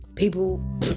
People